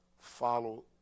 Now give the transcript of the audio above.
Follow